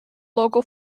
local